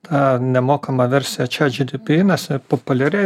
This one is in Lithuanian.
tą nemokamą versiją čiet džytypy nes populiari